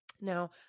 Now